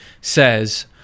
says